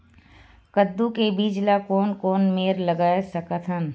कददू के बीज ला कोन कोन मेर लगय सकथन?